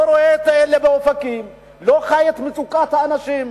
לא רואה את אלה באופקים, לא חי את מצוקת האנשים.